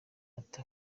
ati